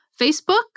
Facebook